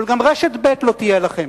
אבל גם רשת ב' לא תהיה לכם,